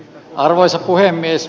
arvoisa puhemies